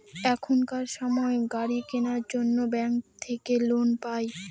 এখনকার সময় গাড়ি কেনার জন্য ব্যাঙ্ক থাকে লোন পাই